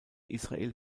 israel